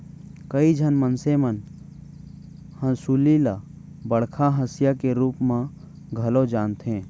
कइ झन मनसे मन हंसुली ल बड़का हँसिया के रूप म घलौ जानथें